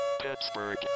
Pittsburgh